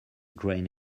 grain